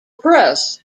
press